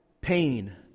pain